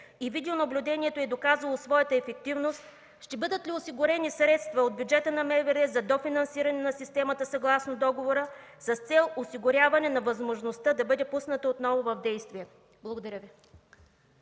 и видеонаблюдението е доказало своята ефективност, ще бъдат ли осигурени средства от бюджета на МВР за дофинансиране на системата, съгласно договора, с цел осигуряване на възможността да бъде пусната отново в действие? Благодаря.